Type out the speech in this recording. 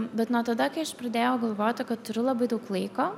bet nuo tada kai aš pradėjau galvoti kad turiu labai daug laiko